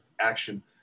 action